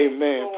Amen